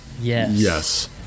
Yes